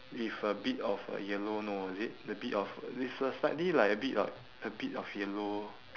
with a bit of uh yellow no is it a bit of it's a slightly like a bit like a bit of yellow